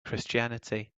christianity